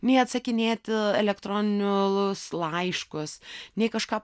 nei atsakinėti elektroninius laiškus nei kažką